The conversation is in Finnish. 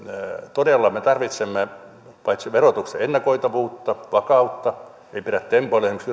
todella me tarvitsemme verotuksen ennakoitavuutta vakautta ei pidä tempoilla esimerkiksi